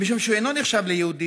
שמשום שהוא אינו נחשב ליהודי,